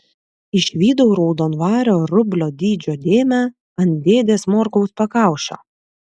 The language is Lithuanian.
išvydau raudonvario rublio dydžio dėmę ant dėdės morkaus pakaušio